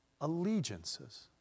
Allegiances